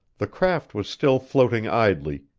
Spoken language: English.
the craft was still floating idly,